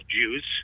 Jews